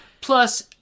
Plus